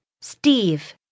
Steve